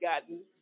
gotten